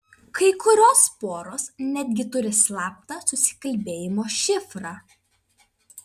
kai kurios poros netgi turi slaptą susikalbėjimo šifrą